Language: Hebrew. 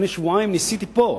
עוד לפני שבועיים ניסיתי פה,